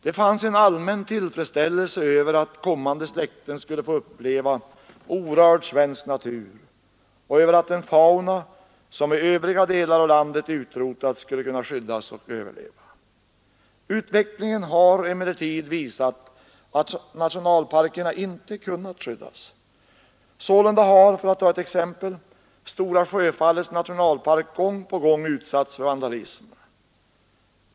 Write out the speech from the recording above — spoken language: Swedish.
Det fanns en allmän tillfredsställelse över att kommande släkten skulle få uppleva orörd svensk natur och att den fauna, som i övriga delar av landet utrotats, skulle kunna skyddas och överleva. Utvecklingen har emellertid visat att nationalparkerna inte kunnat skyddas. Sålunda har, för att ta ett exemepl, Stora Sjöfallets nationalpark gång på gång utsatts för vandalism.